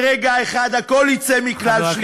ברגע אחד הכול יצא מכלל שליטה.